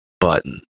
Button